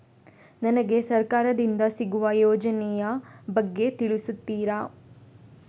ನನಗೆ ಸರ್ಕಾರ ದಿಂದ ಸಿಗುವ ಯೋಜನೆ ಯ ಬಗ್ಗೆ ತಿಳಿಸುತ್ತೀರಾ?